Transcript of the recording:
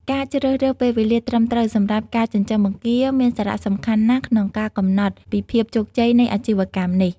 ការជ្រើសរើសពេលវេលាត្រឹមត្រូវសម្រាប់ការចិញ្ចឹមបង្គាមានសារៈសំខាន់ណាស់ក្នុងការកំណត់ពីភាពជោគជ័យនៃអាជីវកម្មនេះ។